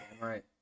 Right